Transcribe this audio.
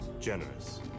generous